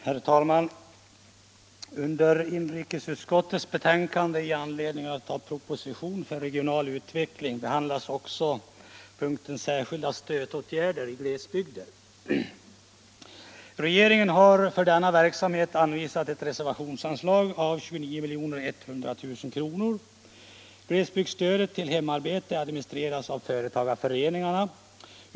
Herr talman! I inrikesutskottets betänkande i anledning av propositionen om regional utveckling finns ett avsnitt med rubriken Särskilda stödåtgärder i glesbygder. Regeringen har för denna verksamhet anvisat ett reservationsanslag av 29 100 000 kr. Glesbygdsstödet till hemarbete administreras av företagarföreningarna.